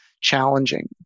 challenging